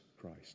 Christ